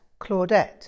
Claudette